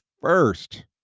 first